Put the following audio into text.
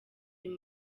uyu